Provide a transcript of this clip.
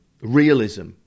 realism